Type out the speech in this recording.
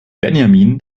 benjamin